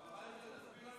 הרב אייכלר, תסביר לנו